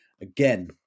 Again